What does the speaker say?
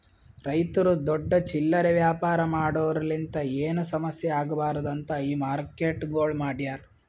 ರೈತುರು ದೊಡ್ಡ ಚಿಲ್ಲರೆ ವ್ಯಾಪಾರ ಮಾಡೋರಲಿಂತ್ ಏನು ಸಮಸ್ಯ ಆಗ್ಬಾರ್ದು ಅಂತ್ ಈ ಮಾರ್ಕೆಟ್ಗೊಳ್ ಮಾಡ್ಯಾರ್